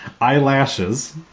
Eyelashes